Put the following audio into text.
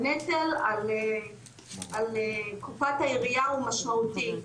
הנטל על קופת העירייה הוא משמעותי.